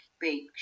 big